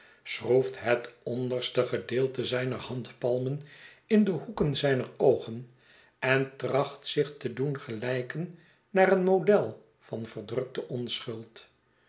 schroeft het onderste gedeelte zijner handpalmen in de hoeken zijner oogen en tracht zich te doen gelij ken naar een model van verdrukte onschuld